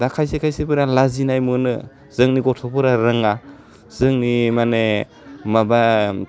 दा खायसे खायसेफोरा लाजिनाय मोनो जोंनि गथ'फोरा रोङा जोंनि माने माबा